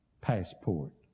passport